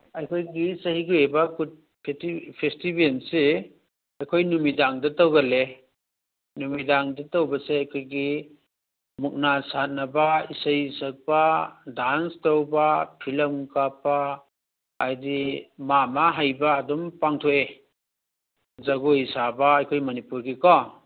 ꯑꯩꯈꯣꯏꯒꯤ ꯆꯍꯤꯒꯤ ꯑꯣꯏꯕ ꯀꯨꯠ ꯐꯦꯁꯇꯤꯕꯦꯜꯁꯦ ꯑꯩꯈꯣꯏ ꯅꯨꯃꯤꯗꯥꯡꯗ ꯇꯧꯒꯜꯂꯦ ꯅꯨꯃꯤꯗꯥꯡꯗ ꯇꯧꯕꯁꯦ ꯑꯩꯈꯣꯏꯒꯤ ꯃꯨꯛꯅꯥ ꯁꯥꯟꯅꯕ ꯏꯁꯩ ꯁꯛꯄ ꯗꯥꯟꯁ ꯇꯧꯕ ꯐꯤꯂꯝ ꯀꯥꯞꯄ ꯍꯥꯏꯗꯤ ꯃꯥ ꯃꯥ ꯍꯩꯕ ꯑꯗꯨꯝ ꯄꯥꯡꯊꯣꯛꯑꯦ ꯖꯒꯣꯏ ꯁꯥꯕ ꯑꯩꯈꯣꯏ ꯃꯅꯤꯄꯨꯔꯒꯤꯀꯣ